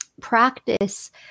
practice